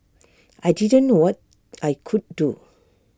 I didn't know what I could do